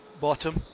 bottom